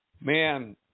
Man